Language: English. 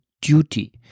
duty